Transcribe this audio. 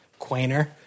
Quainer